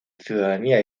ciudadanía